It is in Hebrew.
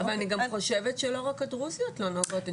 אבל אני גם חושבת שלא רק הדרוזיות לא נוהגות,